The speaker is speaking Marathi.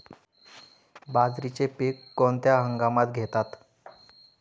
बाजरीचे पीक कोणत्या हंगामात घेतात?